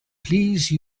please